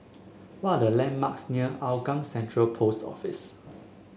what are the landmarks near Hougang Central Post Office